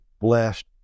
blessed